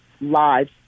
lives